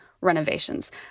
renovations